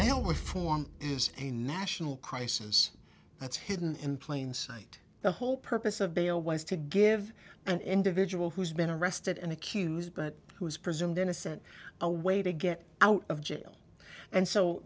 form a national crisis that's hidden in plain sight the whole purpose of bail was to give an individual who's been arrested and accused but who is presumed innocent a way to get out of jail and so